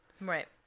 Right